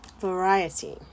variety